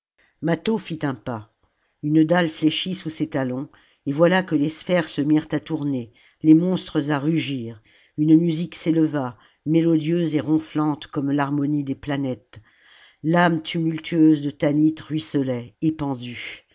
fit un pas une dalle fléchit sous ses talons et voilà que les sphères se mirent à tourner les monstres à rugir une musique s'éleva mélodieuse et ronflante comme l'harmonie des planètes l'âme tumultueuse de tanit ruisselait épandue